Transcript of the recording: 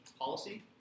policy